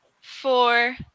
four